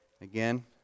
Again